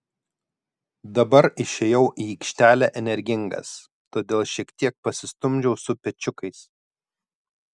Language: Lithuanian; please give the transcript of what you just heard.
dabar išėjau į aikštelę energingas todėl šiek tiek pasistumdžiau su pečiukais